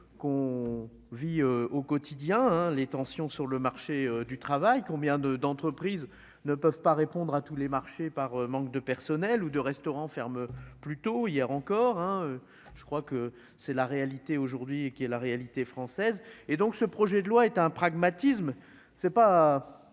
qu'on vit au quotidien, hein, les tensions sur le marché du travail, combien de d'entreprises ne peuvent pas répondre à tous les marchés, par manque de personnel ou de restaurants ferme plus tôt, hier encore, hein, je crois que c'est la réalité aujourd'hui et qui est la réalité française, et donc ce projet de loi est un pragmatisme, c'est pas